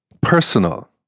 personal